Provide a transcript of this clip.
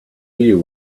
you